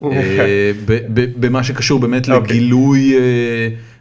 במה שקשור באמת לגילוי.